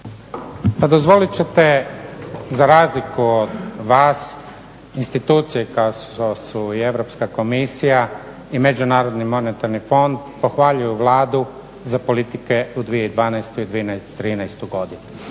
Pa dozvolit ćete za razliku od vas, institucije kao što su Europska komisija i Međunarodni monetarni fond pohvaljuju Vladu za politike u 2012.i 2013.godinu